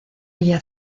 villa